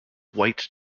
white